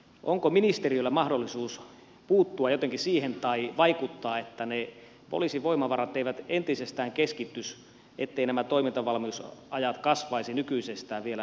onko ministeriöllä mahdollisuus puuttua jotenkin tai vaikuttaa siihen että ne poliisin voimavarat eivät entisestään keskittyisi etteivät nämä toimintavalmiusajat kasvaisi nykyisestään vielä näillä harva alueilla